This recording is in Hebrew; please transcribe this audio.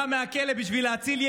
אני לא פונה אליך,